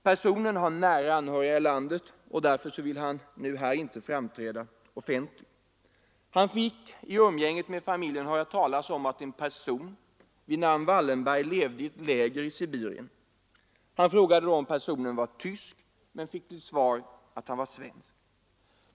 Personen har nära anhöriga i landet, och därför vill han inte framträda offentligt. Han fick vid umgänget med familjen höra talas om att en person vid namn Wallenberg levde i ett läger i Sibirien. Han frågade då om personen var tysk, men fick till svar att han var svensk.